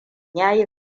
yayi